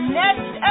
next